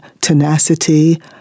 tenacity